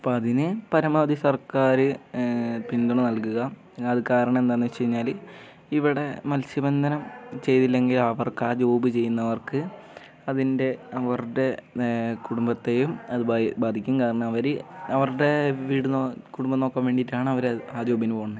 അപ്പം അതിന് പരമാവധി സർക്കാർ പിന്തുണ നൽകുക അത് കാരണം എന്താണെന്ന് വെച്ച് കഴിഞ്ഞാൽ ഇവിടെ മത്സ്യബന്ധനം ചെയ്തില്ലെങ്കിൽ അവർക്ക് ആ ജോബ് ചെയ്യുന്നവർക്ക് അതിൻ്റെ അവരുടെ കുടുംബത്തെയും അത് ബാധിക്കും കാരണം അവർ അവരുടെ വീട് കുടുംബം നോക്കാൻ വേണ്ടിയിട്ടാണ് അവർ ആ ജോബിന് പോവുന്നത്